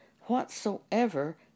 whatsoever